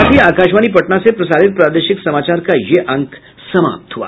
इसके साथ ही आकाशवाणी पटना से प्रसारित प्रादेशिक समाचार का ये अंक समाप्त हुआ